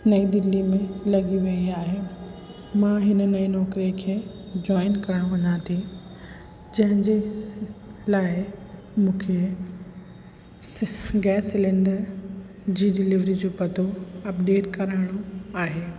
नई दिल्ली में लॻी वई आहे मां हिन नई नौकिरी खे जॉइन करणु वञां थी जंहिंजे लाइ मूंखे स गैस सलेंडर जी डिलीवरी जो पतो अपडेट करिणो आहे